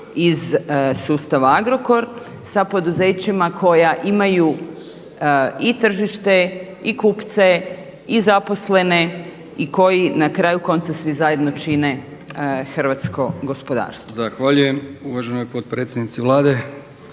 iz sustava Agrokor, sa poduzećima koja imaju i tržište i kupce i zaposlene i koji na kraju konca zajedno čine hrvatsko gospodarstvo. **Brkić, Milijan (HDZ)** Zahvaljujem uvaženoj potpredsjednici Vlade